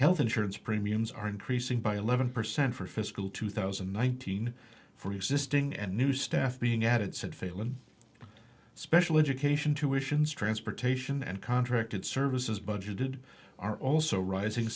health insurance premiums are increasing by eleven percent for fiscal two thousand and nineteen for existing and new staff being added said failon special education tuitions transportation and contracted services budgeted are also rising